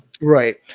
Right